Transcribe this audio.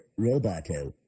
Roboto